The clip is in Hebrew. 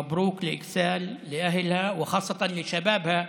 מברוכ לאכסאל, (אומר בערבית: לתושביה,